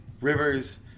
Rivers